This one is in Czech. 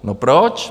No, proč?